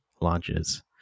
launches